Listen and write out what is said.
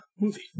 movie